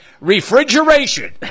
refrigeration